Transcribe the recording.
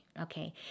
okay